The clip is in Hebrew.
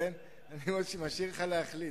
אני משאיר לך להחליט.